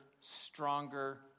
stronger